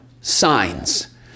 signs